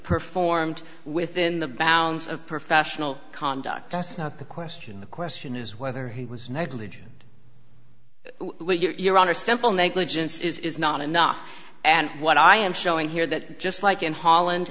performed within the bounds of professional conduct that's not the question the question is whether he was negligent what you are on are simple negligence is not enough and what i am showing here that just like in holland